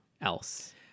else